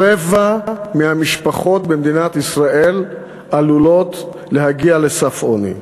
רבע מהמשפחות במדינת ישראל עלולות להגיע לסף עוני.